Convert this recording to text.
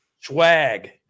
Swag